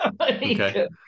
Okay